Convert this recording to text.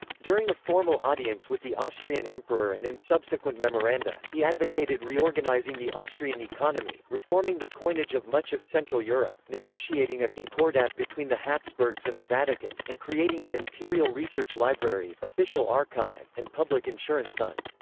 during a formal audience with the austrian emperor and in subsequent memoranda, he advocated reorganizing the austrian economy, reforming the coinage of much of central europe, negotiating a concordat between the habsburgs and the vatican, and creating an imperial research library, official archive, and public insurance fund.